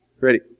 ready